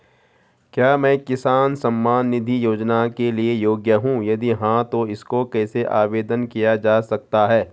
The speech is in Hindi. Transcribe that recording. क्या मैं किसान सम्मान निधि योजना के लिए योग्य हूँ यदि हाँ तो इसको कैसे आवेदन किया जा सकता है?